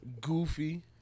Goofy